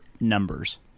numbers